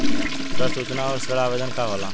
ऋण सूचना और ऋण आवेदन का होला?